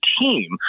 team